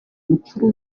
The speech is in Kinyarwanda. mukuru